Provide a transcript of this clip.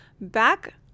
Back